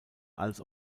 als